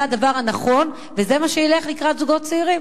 הדבר הנכון וזה מה שילך לקראת זוגות צעירים.